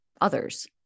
others